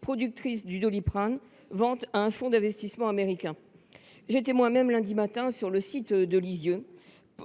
productrice du Doliprane, à un fonds d’investissement américain. J’étais moi même lundi matin sur le site de Lisieux,